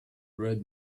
red